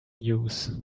news